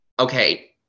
okay